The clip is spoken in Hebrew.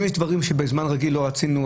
אם יש דברים שבזמן רגיל לא עשיתם,